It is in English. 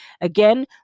again